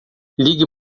ligue